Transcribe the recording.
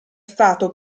stato